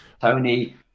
tony